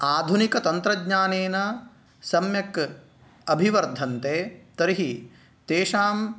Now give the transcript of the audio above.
आधुनिकतन्त्रज्ञानेन सम्यक् अभिवर्धन्ते तर्हि तेषां